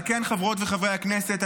על כן חברות וחברי הכנסת,